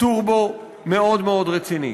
טורבו מאוד מאוד רצינית.